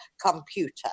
computer